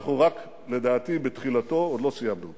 אנחנו עומדים מול מספרים גדולים מאוד בצד יריבינו,